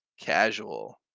casual